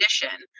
condition